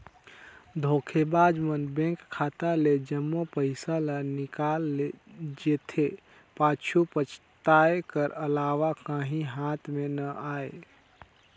धोखेबाज मन बेंक खाता ले जम्मो पइसा ल निकाल जेथे, पाछू पसताए कर अलावा काहीं हाथ में ना आए